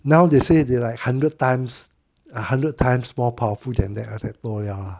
now they say they like hundred times a hundred times more powerful than their attack dou liao